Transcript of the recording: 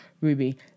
Ruby